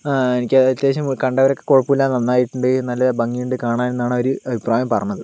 എനിക്ക് അത്യാവശ്യം കണ്ടവരൊക്കെ കുഴപ്പമില്ല നന്നായിട്ടുണ്ട് നല്ല ഭംഗിയുണ്ട് കാണാനെന്നാണ് അവർ അഭിപ്രായം പറഞ്ഞത്